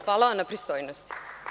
Hvala vam na pristojnosti.